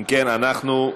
אם כן, אנחנו,